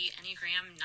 Enneagram